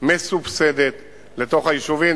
מסובסדת לתוך היישובים,